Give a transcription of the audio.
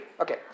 Okay